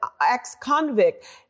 ex-convict